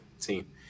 team